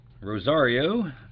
Rosario